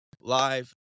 live